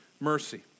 mercy